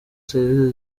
serivisi